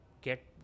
get